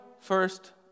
first